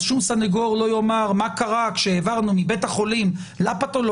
אז שום סנגור לא יאמר מה קרה כשהעברנו מבית חולים לפתולוגי,